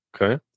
okay